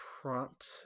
prompt